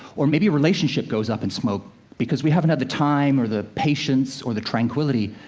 or maybe a relationship goes up in smoke because we haven't had the time, or the patience, or the tranquility,